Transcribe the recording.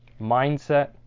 Mindset